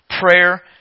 prayer